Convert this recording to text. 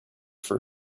for